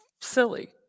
silly